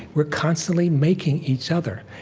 we're constantly making each other.